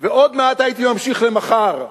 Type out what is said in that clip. ועוד מעט הייתי ממשיך למחר,